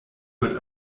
wird